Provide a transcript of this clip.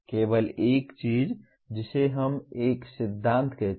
केवल एक चीज जिसे हम अब एक सिद्धांत कहते हैं